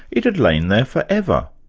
it had lain there forever.